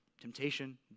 Temptation